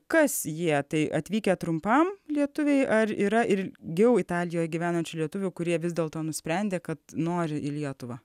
kas jie tai atvykę trumpam lietuviai ar yra ir jau italijoje gyvenančių lietuvių kurie vis dėl to nusprendė kad nori į lietuvą